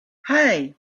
hey